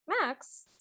Max